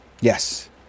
Yes